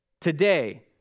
today